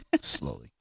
Slowly